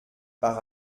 par